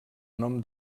nom